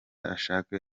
ashake